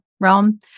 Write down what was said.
realm